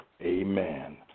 amen